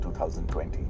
2020